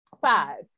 five